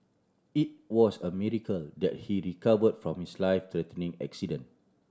it was a miracle that he recovered from his life threatening accident